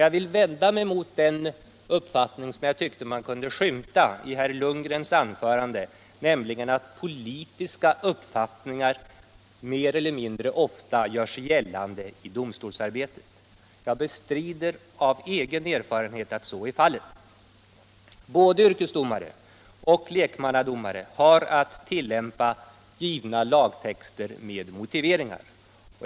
Jag vill vända mig mot den uppfattning som jag tyckte att man kunde skymta i herr Lundgrens anförande, nämligen att politiska uppfattningar mer eller mindre ofta gör sig gällande vid domstolsarbetet. Jag bestrider av egen erfarenhet att så är fallet. Både yrkesdomare och lek mannadomare har att tillämpa givna lagtexter med motiveringar.